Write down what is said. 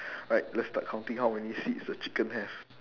alright let's start counting how many seeds the chicken have